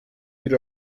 bir